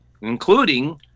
including